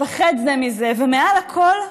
לפחד זה מזה, ומעל הכול,